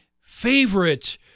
favorite